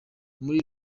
muri